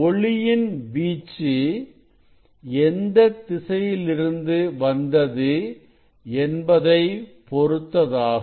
ஒளியின் வீச்சு எந்தத் திசையில் இருந்து வந்தது என்பதை பொருத்ததாகும்